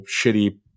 shitty